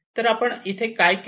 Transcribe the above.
तर आपण येथे काय केले